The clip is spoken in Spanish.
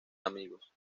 amigos